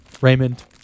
Raymond